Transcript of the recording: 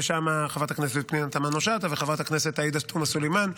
ושם חברת הכנסת פנינה תמנו שטה וחברת הכנסת עאידה תומא סלימאן,